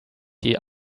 die